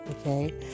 Okay